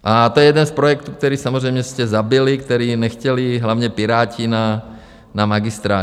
A to je jeden z projektů, který samozřejmě jste zabili, který nechtěli hlavně Piráti na magistrátě.